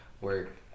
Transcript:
work